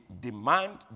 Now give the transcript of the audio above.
demand